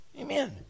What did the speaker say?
Amen